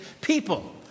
people